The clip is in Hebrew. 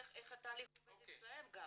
צריך לבדוק איתם איך עובד התהליך אצלם גם.